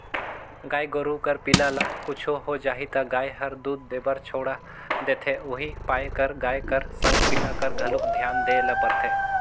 गाय गोरु कर पिला ल कुछु हो जाही त गाय हर दूद देबर छोड़ा देथे उहीं पाय कर गाय कर संग पिला कर घलोक धियान देय ल परथे